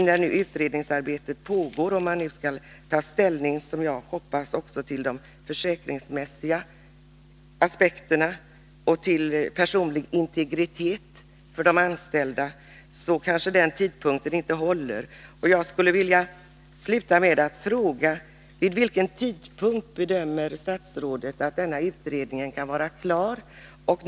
När nu utredningsarbetet pågår och man — som jag utgår från — skall ta ställning också till de försäkringsmässiga aspekterna och till följderna för den personliga integriteten för de anställda, kanske den tidsangivelsen inte håller. Jag skulle vilja sluta med att fråga: Vid vilken tidpunkt bedömer statsrådet att utredningen kan vara klar?